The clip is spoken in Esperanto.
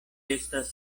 estas